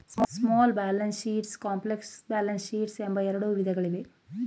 small balance sheets, complex balance sheets ಎಂಬ ಎರಡು ವಿಧಗಳಿವೆ